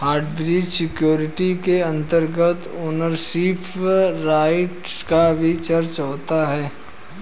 hybrid security के अंतर्गत ownership right की भी चर्चा होती है